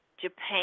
Japan